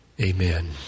Amen